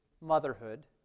motherhood